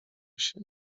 się